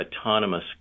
autonomous